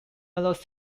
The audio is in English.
lost